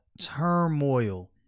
turmoil